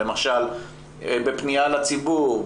למשל בפניה לציבור,